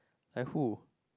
like who